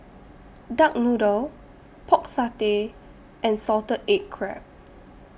Duck Noodle Pork Satay and Salted Egg Crab